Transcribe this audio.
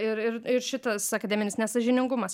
ir ir ir šitas akademinis nesąžiningumas